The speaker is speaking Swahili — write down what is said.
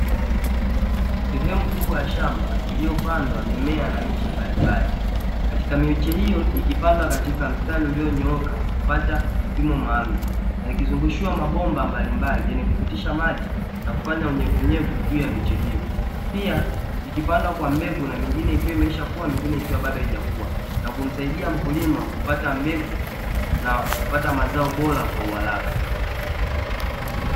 Sehemu kubwa ya shamba lillopandwa mimea na miche mbalimbali. Katika miche hiyo ikipandwa katika mistari ulionyooka kufuata kipimo maalumu, na ukizungushiwa mabomba mbalimbali yenye kupitisha maji na kufanya unyevunyevu juu ya miche hiyo. Pia ikipandwa kwa mbegu na mingine ikiwa imeshakua na mingine ikiwa bado haijakuwa, na kumsaidia mkulima kupata mbegu na kupata mazao bora kwa uharaka.